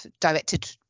directed